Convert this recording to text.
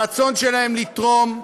ברצון שלהם לתרום,